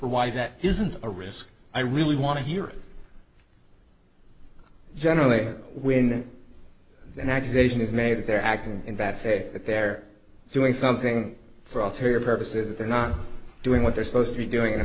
for why that isn't a risk i really want to hear it generally when an agitation is made if they're acting in bad faith that they're doing something for altera purposes that they're not doing what they're supposed to be doing